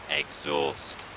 exhaust